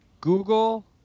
Google